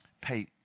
Pay